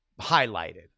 highlighted